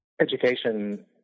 education